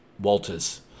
Walters